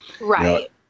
Right